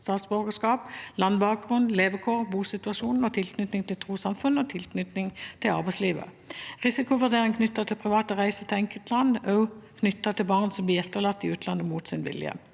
statsborgerskap, landbakgrunn, levekår, bosituasjon, tilknytning til trossamfunn og tilknytning til arbeidslivet, og risikovurderinger knyttet til private reiser til enkeltland – også knyttet til barn som blir etterlatt i utlandet mot sin vilje.